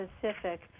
Pacific